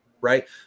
right